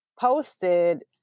posted